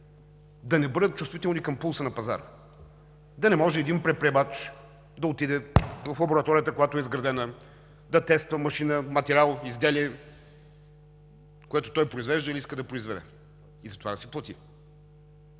да не бъдат чувствителни към пулса на пазара – да не може един предприемач да отиде в лабораторията, която е изградена, да тества машина, материал, изделие, което той произвежда или иска да произведе, и затова да си плати,